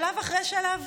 שלב אחרי שלב.